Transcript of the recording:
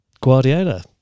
Guardiola